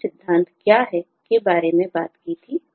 सिद्धांत क्या है के बारे में बात की थी